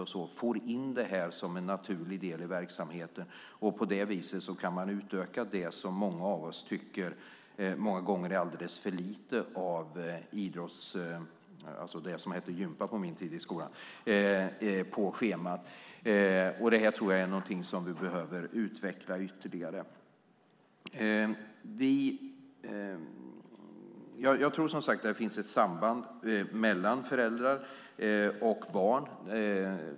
Man får in det som en naturlig del i verksamheten. På det viset kan man utöka det som många av oss tycker det är alldeles för lite av på schemat, det som på min tid hette gympa. Det är någonting som vi behöver utveckla ytterligare. Det finns ett samband mellan föräldrar och barn.